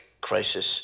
crisis